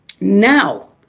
Now